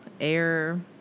air